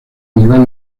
nivel